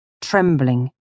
trembling